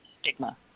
stigma